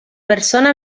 persona